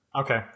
Okay